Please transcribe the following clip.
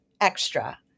extra